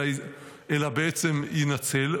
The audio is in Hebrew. אלא בעצם יינצל,